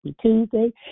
Tuesday